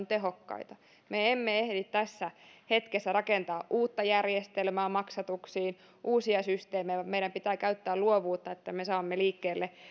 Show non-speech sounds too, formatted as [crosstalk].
[unintelligible] tehokkaita me emme ehdi tässä hetkessä rakentaa uutta järjestelmää maksatuksiin uusia systeemejä vaan meidän pitää käyttää luovuutta että me saamme liikkeelle